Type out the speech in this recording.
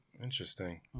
Interesting